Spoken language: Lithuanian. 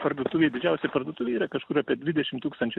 parduotuvėj didžiausioj parduotuvėj yra kažkur apie dvidešim tūkstančių